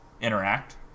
interact